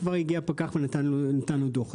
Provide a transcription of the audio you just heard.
וכבר הגיע פקח ונתן לו דוח.